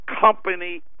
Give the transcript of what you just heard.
company